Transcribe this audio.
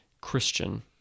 Christian